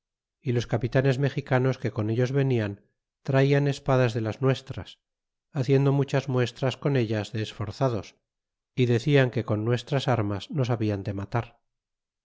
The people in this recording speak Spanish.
y los capitanes mexicanos que con ellos venian traian espadas de las nuestras haciendo muchas muestras con ellas de esforzados y decian que con nuestras armas nos hablan de matar